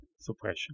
suppression